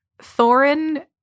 Thorin